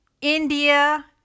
India